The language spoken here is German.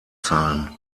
zahlen